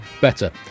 Better